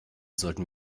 sollten